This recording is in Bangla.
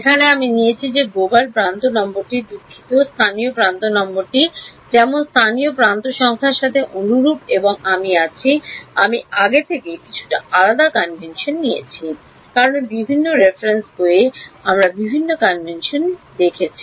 এখানে আমি নিয়েছি যে গ্লোবাল প্রান্ত নম্বরটি দুঃখিত স্থানীয় প্রান্ত নম্বরটি যেমন স্থানীয় প্রান্ত সংখ্যার সাথে অনুরূপ এবং আমি আছি আমি আগে থেকে কিছুটা আলাদা কনভেনশন নিয়েছি কারণ বিভিন্ন রেফারেন্স বইয়ে আমার বিভিন্ন কনভেনশন রয়েছে